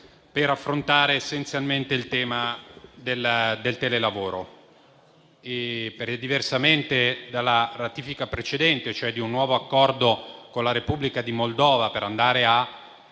per affrontare essenzialmente il tema del telelavoro. Diversamente dalla ratifica precedente, relativa a un nuovo Accordo con la Repubblica di Moldova per tutelare i